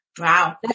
Wow